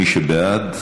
מי שבעד,